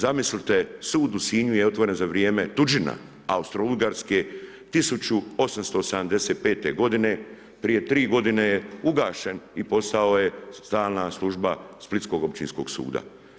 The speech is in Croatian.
Zamislite sud u Sinju je otvoren za vrijeme tuđina, Austro-Ugarske 1875. godine, prije 3 godine je ugašen i postao je stalna služba Splitskog općinskog suda.